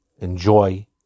enjoy